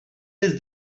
does